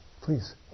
Please